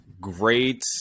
great